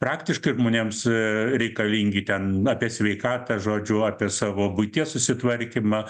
praktiškai žmonėms reikalingi ten apie sveikatą žodžiu apie savo buities susitvarkymą